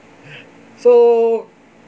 so